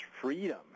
freedom